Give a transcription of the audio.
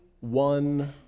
one